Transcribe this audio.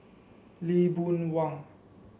Lee Boon Wang